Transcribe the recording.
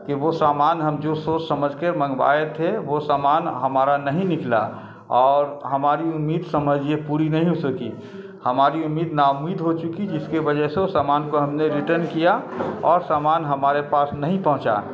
کہ وہ سامان ہم جو سوچ سمجھ کے منگوائے تھے وہ سامان ہمارا نہیں نکلا اور ہماری امید سمجھ یہ پوری نہیں ہو سکی ہماری امید ن امید ہو چکی جس کے وجہ سے وہ سامان کو ہم نے ریٹرن کیا اور سامان ہمارے پاس نہیں پہنچا